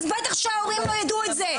אז בטח שההורים לא יידעו את זה,